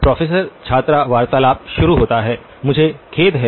professor छात्र वार्तालाप शुरू होता है मुझे खेद है